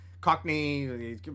Cockney